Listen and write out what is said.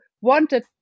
wanted